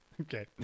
Okay